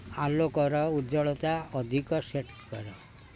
ଆଲୋକର ଉଜ୍ଜ୍ୱଳତା ଅଧିକ ସେଟ୍ କର